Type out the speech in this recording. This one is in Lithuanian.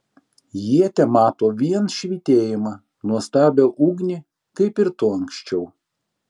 jie temato vien švytėjimą nuostabią ugnį kaip ir tu anksčiau